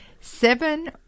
seven